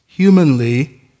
Humanly